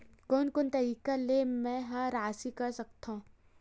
कोन कोन तरीका ले मै ह राशि कर सकथव?